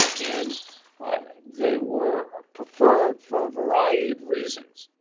and they were ah preferred for a variety of reasons.